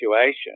situation